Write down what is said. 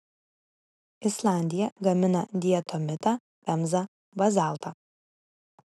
islandija gamina diatomitą pemzą bazaltą